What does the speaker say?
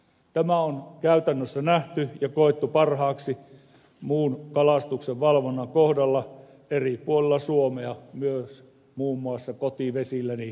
tämä on käytännössä nähty ja koettu parhaaksi muun kalastuksenvalvonnan kohdalla eri puolilla suomea myös muun muassa kotivesilläni pielisellä